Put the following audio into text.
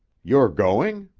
you're going?